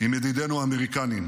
עם ידידינו האמריקנים,